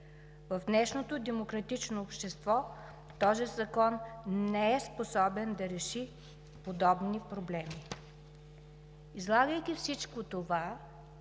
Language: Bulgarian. В днешното демократично общество този закон не е способен да реши подобни проблеми. Излагайки всичко това,